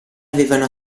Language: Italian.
avevano